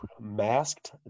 Masked